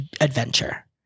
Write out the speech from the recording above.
adventure